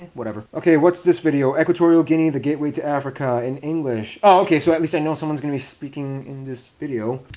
whatever. okay, what's this video? equatorial guinea the gateway to africa in english. oh, okay, so atleast i know someone's gonna be speaking in this video.